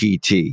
pt